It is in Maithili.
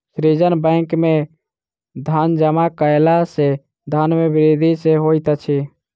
सृजन बैंक में धन जमा कयला सॅ धन के वृद्धि सॅ होइत अछि